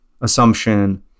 assumption